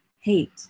hate